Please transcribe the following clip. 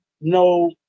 no